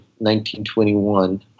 1921